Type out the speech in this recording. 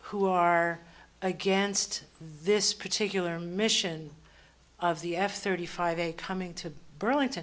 who are against this particular mission of the f thirty five a coming to burlington